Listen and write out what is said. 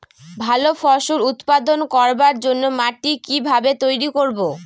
ভালো ফসল উৎপাদন করবার জন্য মাটি কি ভাবে তৈরী করব?